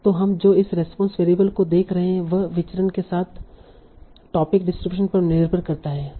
तो हम जो इस रेस्पोंस वेरिएबल को देख रहे हैं वह विचरण के साथ टोपिक डिस्ट्रीब्यूशन पर निर्भर करता है